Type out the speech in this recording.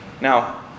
Now